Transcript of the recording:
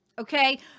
Okay